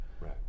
right